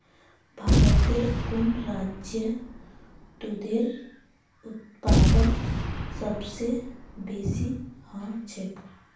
भारतेर कुन राज्यत दूधेर उत्पादन सबस बेसी ह छेक